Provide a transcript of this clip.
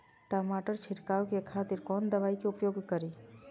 टमाटर छीरकाउ के खातिर कोन दवाई के उपयोग करी?